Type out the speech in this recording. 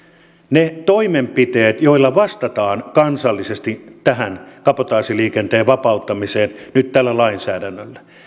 ne toimenpiteet joilla vastataan kansallisesti tähän kabotaasiliikenteen vapauttamiseen nyt tällä lainsäädännöllä